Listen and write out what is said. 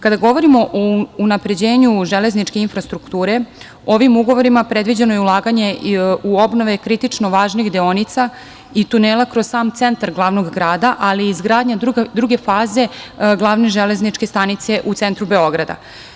Kada govorimo o unapređenju železničke infrastrukture, ovim ugovorima predviđeno je ulaganje u obnove kritično važnih deonica i tunela kroz sam centar glavnog grada, ali i izgradnja druge faze glavne železničke stanice u centru Beograda.